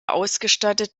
ausgestattet